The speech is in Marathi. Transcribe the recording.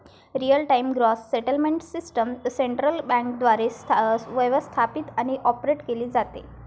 real time gross settlement system central बँकेद्वारे व्यवस्थापित आणि ऑपरेट केली जाते